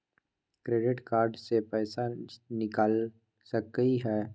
Credit card से पैसा निकल सकी हय?